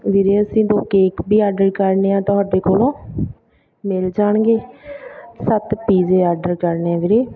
ਵੀਰੇ ਅਸੀਂ ਦੋ ਕੇਕ ਵੀ ਆਡਰ ਕਰਨੇ ਆ ਤੁਹਾਡੇ ਕੋਲੋਂ ਮਿਲ ਜਾਣਗੇ ਸੱਤ ਪੀਜ਼ੇ ਆਰਡਰ ਕਰਨੇ ਆ ਵੀਰੇ